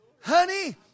Honey